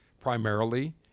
Primarily